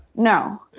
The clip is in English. no.